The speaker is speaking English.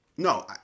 No